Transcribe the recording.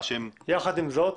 יחד עם זאת,